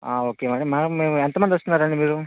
okay madam madam మేం ఎంతమంది వస్తున్నారండి మీరు